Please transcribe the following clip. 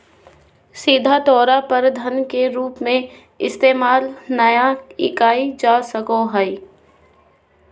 सीधा तौर पर धन के रूप में इस्तेमाल नय कइल जा सको हइ